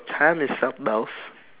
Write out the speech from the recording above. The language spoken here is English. time is up boss